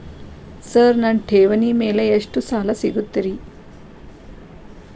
Sir ನನ್ನ ಠೇವಣಿ ಮೇಲೆ ಎಷ್ಟು ಸಾಲ ಸಿಗುತ್ತೆ ರೇ?